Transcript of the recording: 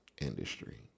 industry